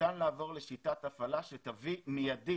ניתן לעבור לשיטת הפעלה שתביא באופן מיידי